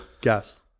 Guess